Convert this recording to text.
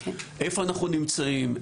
איפה אנחנו נמצאים,